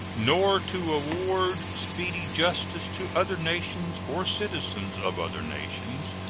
nor to award speedy justice to other nations, or citizens of other nations,